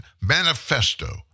manifesto